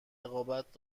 رقابت